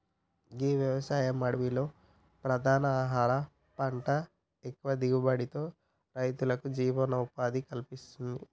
గీ వ్యవసాయం అడవిలో ప్రధాన ఆహార పంట ఎక్కువ దిగుబడితో రైతులకు జీవనోపాధిని కల్పిత్తది